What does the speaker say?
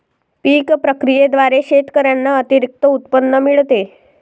पीक प्रक्रियेद्वारे शेतकऱ्यांना अतिरिक्त उत्पन्न मिळते